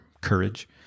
courage